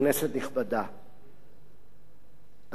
כנסת נכבדה,